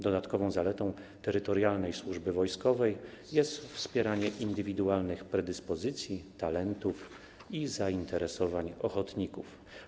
Dodatkową zaletą terytorialnej służby wojskowej jest wspieranie indywidualnych predyspozycji, talentów i zainteresowań ochotników.